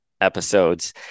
episodes